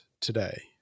today